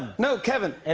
no, kevin.